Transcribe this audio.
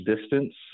distance